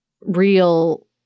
Real